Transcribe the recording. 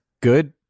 good